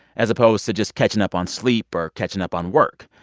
as opposed to just catching up on sleep or catching up on work.